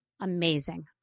amazing